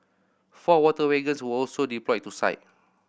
four water wagons were also deployed to site